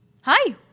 Hi